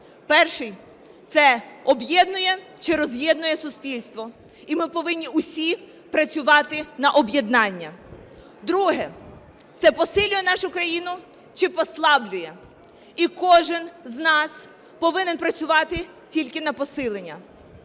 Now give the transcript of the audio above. Перший – це об'єднує чи роз'єднує суспільство. І ми повинні всі працювати на об'єднання. Другий – це посилає нашу країну чи послаблює. І кожен з нас повинен працювати тільки на посилення,